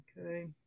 Okay